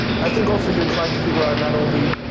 i think also, you're trying to figure out not only,